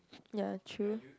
ya true